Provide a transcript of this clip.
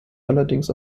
allerdings